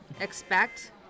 expect